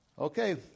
Okay